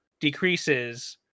decreases